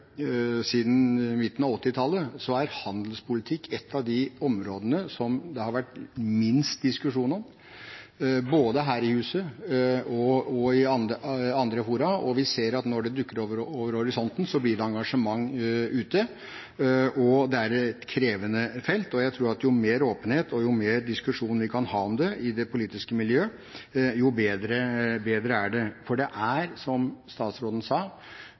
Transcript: siden midten av 1980-tallet, og handelspolitikk er et av de områdene som det har vært minst diskusjon om, både her i huset og i andre fora. Vi ser at når det dukker opp over horisonten, blir det engasjement ute – det er et krevende felt. Jeg tror at jo mer åpenhet og jo mer diskusjon vi kan ha om det i det politiske miljø, jo bedre er det, for det er som statsråden sa,